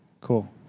Cool